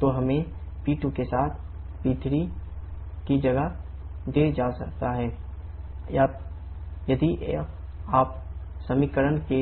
तो हमें P2 के साथ P2 और p3 की जगह दें जो देता है 𝑃2 P1 P4 अब यदि आप समीकरण के